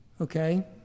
Okay